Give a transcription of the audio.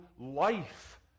life